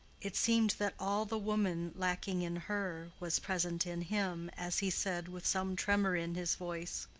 it seemed that all the woman lacking in her was present in him, as he said, with some tremor in his voice,